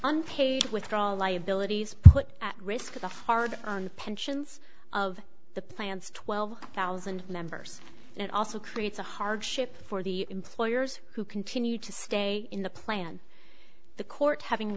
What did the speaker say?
unpaid withdrawal liabilities put at risk of the hard pensions of the plan's twelve thousand members and it also creates a hardship for the employers who continue to stay in the plan the court having